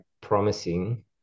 promising